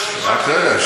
רק רגע.